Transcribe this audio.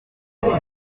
gifite